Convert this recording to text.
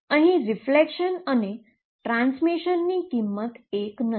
અહીં રીફ્લલેક્શન અને ટ્રાન્સમીશનની કિંમત 1 નથી